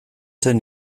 zen